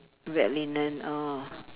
bed linen oh